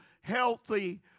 healthy